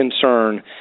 concern